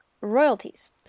royalties